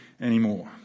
anymore